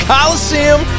Coliseum